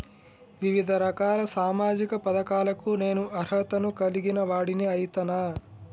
వివిధ రకాల సామాజిక పథకాలకు నేను అర్హత ను కలిగిన వాడిని అయితనా?